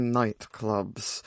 nightclubs